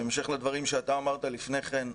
בהמשך לדברים שאתה אמרת לפני כן,